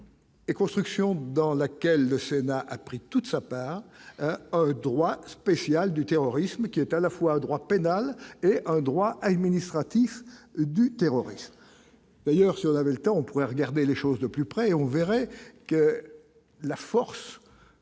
et construction dans laquelle le Sénat a pris toute sa part à droite spécial du terrorisme qui est à la fois droit pénal et un droit administratif du terrorisme, d'ailleurs, si on avait le temps, on pourrait regarder les choses de plus près, on verrait que la force